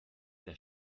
der